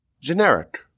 generic